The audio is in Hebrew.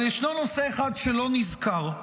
אבל ישנו נושא אחד שלא נזכר,